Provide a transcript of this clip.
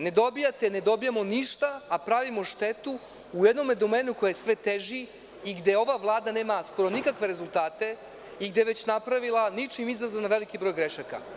Ne dobijamo ništa a pravimo štetu u jednom domenu koji je sve teži i gde ova Vlada nema skoro nikakve rezultate i gde je već napravila, ničim izazvano, veliki broj grešaka.